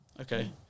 Okay